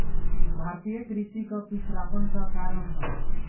भारतीय कृषि क पिछड़ापन क कारण का ह?